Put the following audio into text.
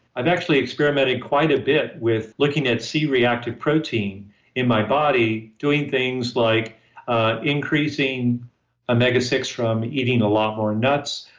i've actually experimented quite a bit with looking at c-reactive protein in my body, doing things like increasing omega six from eating a lot more nuts,